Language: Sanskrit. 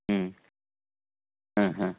आ हा